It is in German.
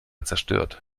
zerstört